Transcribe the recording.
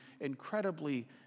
incredibly